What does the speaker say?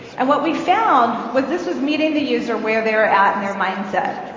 and what we found was this was meeting the user where they were at in their mindset.